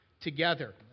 together